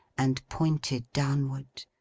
and pointed downward.